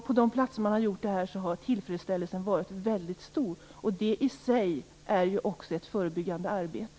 På de platser detta har genomförts har tillfredsställelsen varit väldigt stor, och detta i sig är ju också ett förebyggande arbete.